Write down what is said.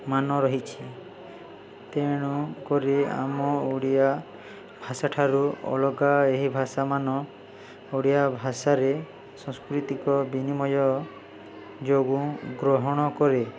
ମାନ ରହିଛି ତେଣୁକ ଆମ ଓଡ଼ିଆ ଭାଷା ଠାରୁ ଅଲଗା ଏହି ଭାଷାମାନ ଓଡ଼ିଆ ଭାଷାରେ ସାଂସ୍କୃତିକ ବିନିମୟ ଯୋଗୁଁ ଗ୍ରହଣ କରେ